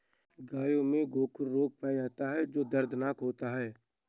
गायों में गोखरू रोग पाया जाता है जो दर्दनाक होता है